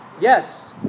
Yes